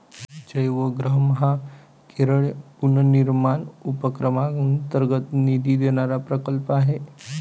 जयवग्रहम हा केरळ पुनर्निर्माण उपक्रमांतर्गत निधी देणारा प्रकल्प आहे